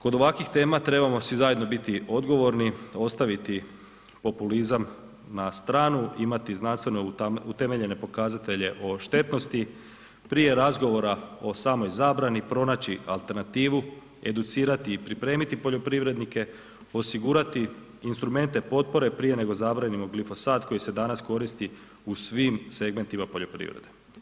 Kod ovakvih tema trebamo svi zajedno biti odgovorni, ostaviti populizam na stranu, imati znanstveno utemeljene pokazatelje o štetnosti, prije razgovora o samoj zabrani, pronaći alternativu, educirati i pripremiti poljoprivrednike, osigurati instrumente potpore prije nego zabranimo glifosat koji se danas koristi u svim segmentima poljoprivrede.